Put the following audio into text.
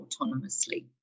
autonomously